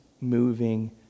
moving